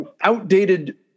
outdated